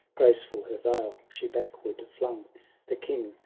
graceful her veil she backward flung the king,